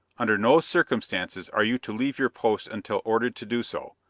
under no circumstances are you to leave your post until ordered to do so.